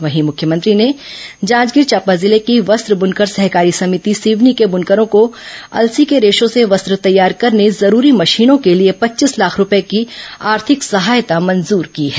वहीं मुख्यमंत्री ने जांजगीर चांपा जिले की वस्त्र बनकर सहकारी समिति सिवनी के बनकरों को अलसी के रेशों से वस्त्र तैयार करने जरूरी मशीनों के लिए पच्चीस लाख रूपये की आर्थिक सहायता मंजूर की है